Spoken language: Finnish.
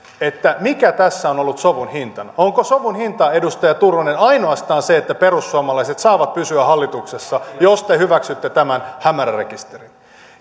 mikä tässä on ollut sovun hintana onko sovun hinta edustaja turunen ainoastaan se että perussuomalaiset saavat pysyä hallituksessa jos te hyväksytte tämän hämärärekisterin